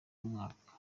w’umwaka